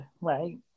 right